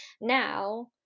now